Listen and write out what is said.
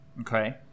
Okay